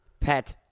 Pet